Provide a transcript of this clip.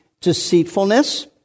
deceitfulness